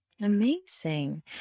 Amazing